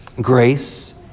Grace